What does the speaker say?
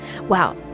wow